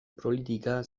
politika